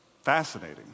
Fascinating